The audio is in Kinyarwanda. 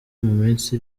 minsi